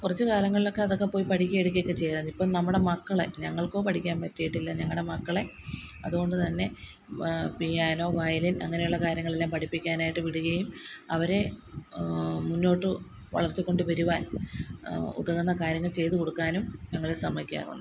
കുറച്ച് കാലങ്ങളിലൊക്ക അതൊക്കെ പോയി പഠിക്കുകയും ഇടയ്ക്കൊക്കെ ചെയ്യുമായിരുന്നു ഇപ്പോള് നമ്മുടെ മക്കളെ ഞങ്ങൾക്കോ പഠിക്കാൻ പറ്റിയിട്ടില്ല ഞങ്ങളുടെ മക്കളെ അതുകൊണ്ട് തന്നെ പിയാനോ വയലിൻ അങ്ങനെയുള്ള കാര്യങ്ങളെല്ലാം പഠിപ്പിക്കാനായിട്ട് വിടുകയും അവരെ മുന്നോട്ട് വളർത്തിക്കൊണ്ട് വരുവാൻ ഉതകുന്ന കാര്യങ്ങൾ ചെയ്ത് കൊടുക്കാനും ഞങ്ങള് ശ്രമിക്കാറുണ്ട്